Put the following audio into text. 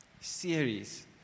series